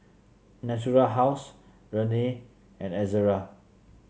Natural House Rene and Ezerra